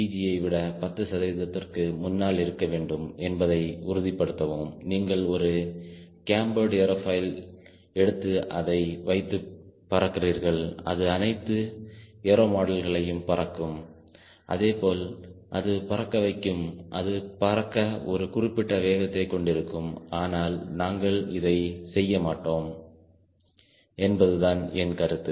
G யை விட 10 சதவிகிதத்திற்கு முன்னால் இருக்க வேண்டும் என்பதை உறுதிப்படுத்தவும் நீங்கள் ஒரு கேம்பர்டு ஏரோஃபாயில் எடுத்து அதை வைத்து பறக்கிறீர்கள் அது அனைத்து ஏரோ மாடல்களையும் பறக்கும் அதேபோல் அது பறக்க வைக்கும் அது பறக்க ஒரு குறிப்பிட்ட வேகத்தைக் கொண்டிருக்கும் ஆனால் நாங்கள் இதைச் செய்ய மாட்டோம் என்பதுதான் என் கருத்து